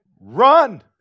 Run